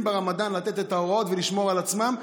ברמדאן לתת את ההוראות ולשמור על עצמם.